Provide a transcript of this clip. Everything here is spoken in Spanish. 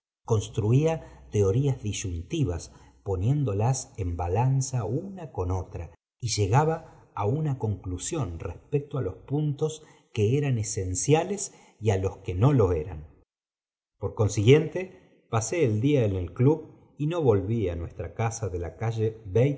construía te orías disyuntivas poniéndolas en balanza una con otra y llegaba á una conclusión respecto á loe puntos que eran esenciales díf n b p u eran por siguiente pasé el día en el club y no volví á nuestra casa de la cao